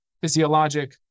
physiologic